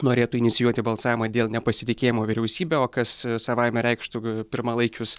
norėtų inicijuoti balsavimą dėl nepasitikėjimo vyriausybe o kas savaime reikštų pirmalaikius